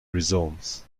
rhizomes